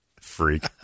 Freak